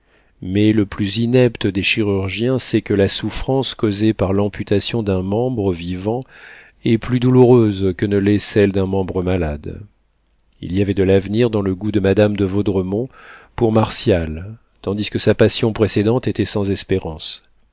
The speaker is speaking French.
mais le plus inepte des chirurgiens sait que la souffrance causée par l'amputation d'un membre vivant est plus douloureuse que ne l'est celle d'un membre malade il y avait de l'avenir dans le goût de madame de vaudremont pour martial tandis que sa passion précédente était sans espérance